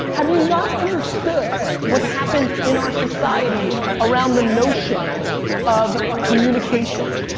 have you not understood what's happened in our society around the notion of communication?